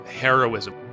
heroism